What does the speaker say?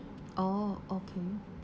oh okay